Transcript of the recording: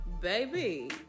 Baby